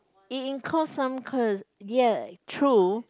it incurs some cost ya true